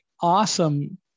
awesome